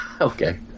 okay